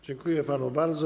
Dziękuję panu bardzo.